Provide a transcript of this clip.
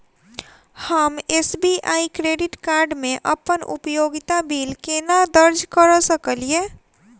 हम SBI credit card मे अप्पन उपयोगिता बिल केना दर्ज करऽ सकलिये?